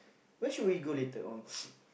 where should we go later on